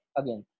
again